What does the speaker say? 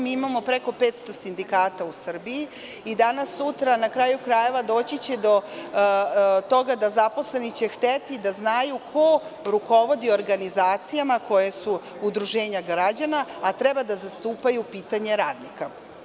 Mi imamo preko 500 sindikata u Srbiji i danas-sutra, na kraju krajeva doći će do toga da će zaposleni hteti da znaju ko rukovodi organizacijama koja su udruženja građana a treba da zastupaju pitanje radnika.